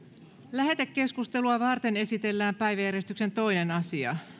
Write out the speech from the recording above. lähetekeskustelua varten esitellään päiväjärjestyksen toinen asia